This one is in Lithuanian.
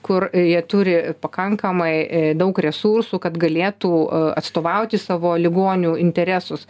kur jie turi pakankamai daug resursų kad galėtų atstovauti savo ligonių interesus